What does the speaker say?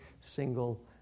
single